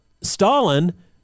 Stalin